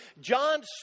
John